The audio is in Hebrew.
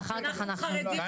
ואחר כך אנחנו --- ראינו.